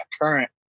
current